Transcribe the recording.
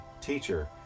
Teacher